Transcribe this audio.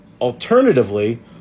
Alternatively